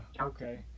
okay